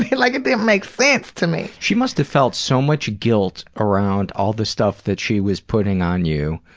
like it didn't make sense to me! she must have felt so much guilt around all the stuff that she was putting on you